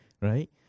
right